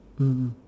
mm